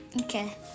Okay